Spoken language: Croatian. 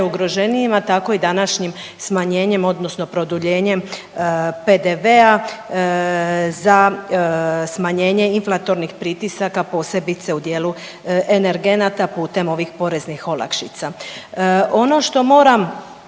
najugroženijima, tako i današnjim smanjenjem odnosno produljenjem PDV-a za smanjenje inflatornih pritisaka, posebice u dijelu energenata putem ovih poreznih olakšica. Ono što moram